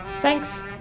Thanks